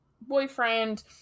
boyfriend